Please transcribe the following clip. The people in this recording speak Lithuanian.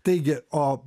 taigi o